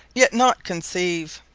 yet not conceive,